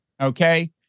okay